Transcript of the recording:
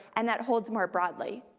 and that holds more broadly.